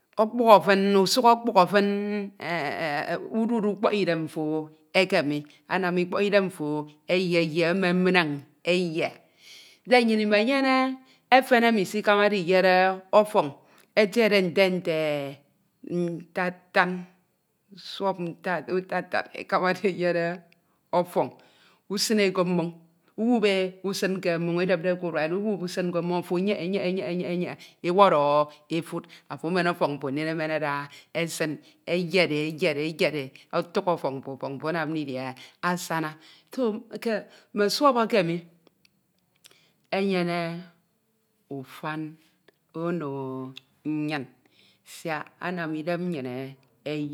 ọkpuhọ fin, usuk ọkpuhọ̀ fin udud ikpọkidem mfo eke mi, anam ikpọkidem mfo eyieyie, ememineñ eyie. Den nyin imenyene efen emi isikamade iyed ọfọñ etiede nte nte ntatan, suọp ntan utatan ekamade eyed ọfọñ, edepde k'ura, usin e ke mmonñ, uwubi e usin ke mmoñ edepde k'ura ofo enyeñe enyeneñ, enyeñe enyeñe ewọrọ efud afo emen ọfọñ mfo ndin emen ada esin eyed e eyed e ọtuk e ọtuk e ọfọñ mfo ọfọñ mfo anam didie, asana. Do mme suọp eke enyene ufan ono nnyin siak anam idem nnyin eyie.